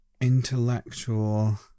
intellectual